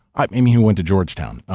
i mean, he went to georgetown.